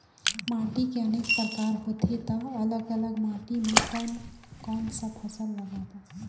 माटी के अनेक प्रकार होथे ता अलग अलग माटी मा कोन कौन सा फसल लगाबो?